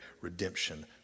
redemption